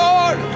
Lord